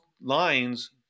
lines